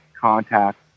contacts